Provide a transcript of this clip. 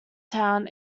town